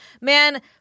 Man